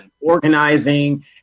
organizing